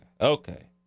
okay